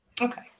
Okay